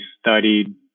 studied